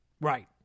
Right